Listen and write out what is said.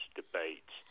debates